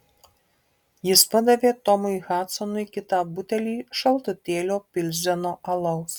jis padavė tomui hadsonui kitą butelį šaltutėlio pilzeno alaus